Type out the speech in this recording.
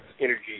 energy